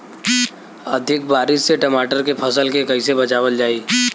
अधिक बारिश से टमाटर के फसल के कइसे बचावल जाई?